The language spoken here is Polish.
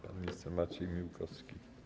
Pan minister Maciej Miłkowski.